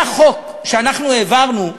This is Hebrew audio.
היה חוק שאנחנו העברנו,